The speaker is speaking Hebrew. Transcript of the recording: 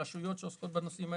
הרשויות שעוסקות בנושאים האלה,